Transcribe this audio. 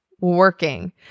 working